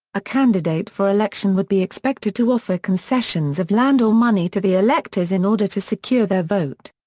a candidate for election would be expected to offer concessions of land or money to the electors in order to secure their vote.